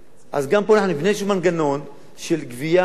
אז גם פה אנחנו נבנה איזה מנגנון של גבייה סבירה,